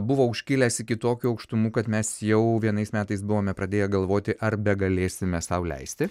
buvo užkilęs iki tokių aukštumų kad mes jau vienais metais buvome pradėję galvoti ar begalėsime sau leisti